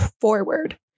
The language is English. forward